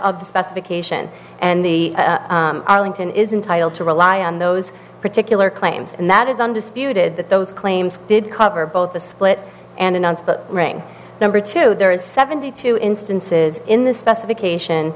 of the specification and the arlington is entitled to rely on those particular claims and that is undisputed that those claims did cover both the split and announce the ring number two there is seventy two instances in the specification